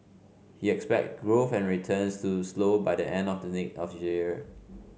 he expect growth and returns to slow by the end of the of year